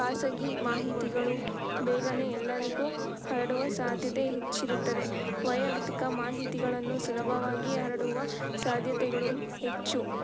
ಖಾಸಗಿ ಮಾಹಿತಿಗಳು ಬೇಗನೆ ಎಲ್ಲರಿಗೂ ಹರಡುವ ಸಾಧ್ಯತೆ ಹೆಚ್ಚಿರುತ್ತದೆ ವಯಕ್ತಿಕ ಮಾಹಿತಿಗಳನ್ನು ಸುಲಭವಾಗಿ ಹರಡುವ ಸಾಧ್ಯತೆಗಳು ಹೆಚ್ಚು